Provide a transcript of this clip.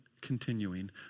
continuing